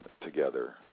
together